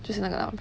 /就是那个老人\